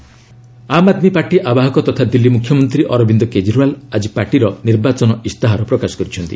app manifesto Aam Aadmi party ଆବାହକ ତଥା ଦିଲ୍ଲୀ ମୁଖ୍ୟମନ୍ତ୍ରୀ ଅରବିନ୍ଦ କେଜରିଓ୍ୱାଲ ଆଜି ପାର୍ଟିର ନିର୍ବାଚନୀ ଇସ୍ତାହାର ପ୍ରକାଶ କରିଛନ୍ତି